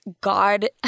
God